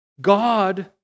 God